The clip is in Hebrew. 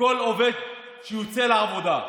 לכל עובד שיוצא לעבודה,